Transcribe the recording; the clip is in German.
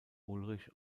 ulrich